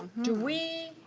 do we,